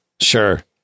Sure